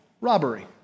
Robbery